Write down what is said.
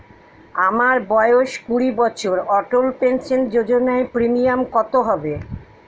আমার বয়স কুড়ি বছর অটল পেনসন যোজনার প্রিমিয়াম কত হবে?